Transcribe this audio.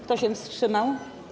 Kto się wstrzymał?